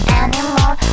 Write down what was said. anymore